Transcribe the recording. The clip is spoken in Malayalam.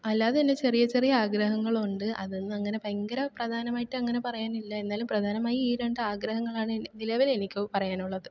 അല്ലാതെ തന്നെ ചെറിയ ചെറിയ ആഗ്രഹങ്ങളുണ്ട് അതൊന്നും അങ്ങനെ ഭയങ്കര പ്രധാനമായിട്ട് അങ്ങനെ പറയാനില്ല എന്നാലും പ്രധാനമായി ഈ രണ്ട് ആഗ്രഹങ്ങളാണ് നിലവിലെനിക്ക് പറയാനുള്ളത്